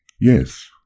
Yes